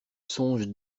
songe